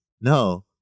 no